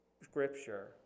scripture